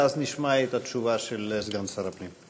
ואז נשמע את התשובה של סגן שר הפנים.